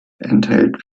enthält